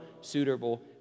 suitable